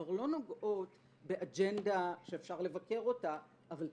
שכבר לא נוגעות באג'נדה שאפשר לבקר אותה אבל,